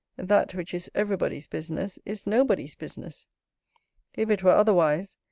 that which is everybody's business is nobody's business if it were otherwise,